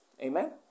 amen